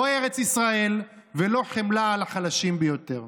לא ארץ ישראל ולא חמלה על החלשים ביותר.